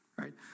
right